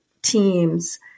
teams